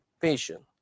patient